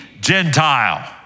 Gentile